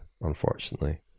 unfortunately